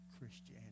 Christianity